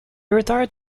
retired